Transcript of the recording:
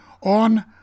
on